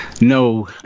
no